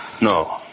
No